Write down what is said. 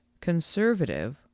conservative